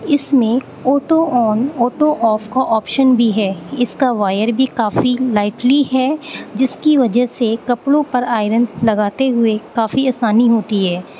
اس میں auto on auto off کا option بھی ہے اس کا وائر بھی کافی لائٹلی ہے جس کی وجہ سے کپڑوں پر آئرن لگاتے ہوئے کافی آسانی ہوتی ہے